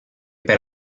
per